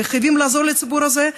וחייבים לעזור לציבור הזה.